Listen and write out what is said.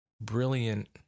brilliant